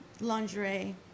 lingerie